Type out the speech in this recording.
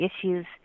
issues